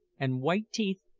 and white teeth,